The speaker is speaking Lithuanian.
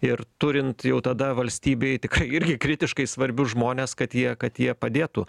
ir turint jau tada valstybėj tikrai irgi kritiškai svarbius žmones kad jie kad jie padėtų